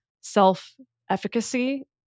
self-efficacy